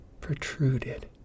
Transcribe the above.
protruded